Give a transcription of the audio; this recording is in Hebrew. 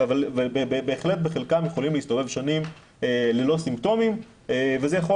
אבל בהחלט חלקם יכולים להסתובב שנים ללא סימפטומים ואפילו